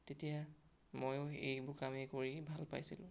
তেতিয়া ময়ো এইবোৰ কামেই কৰি ভাল পাইছিলোঁ